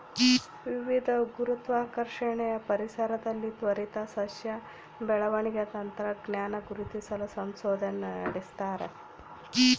ವಿವಿಧ ಗುರುತ್ವಾಕರ್ಷಣೆಯ ಪರಿಸರದಲ್ಲಿ ತ್ವರಿತ ಸಸ್ಯ ಬೆಳವಣಿಗೆ ತಂತ್ರಜ್ಞಾನ ಗುರುತಿಸಲು ಸಂಶೋಧನೆ ನಡೆಸ್ತಾರೆ